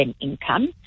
income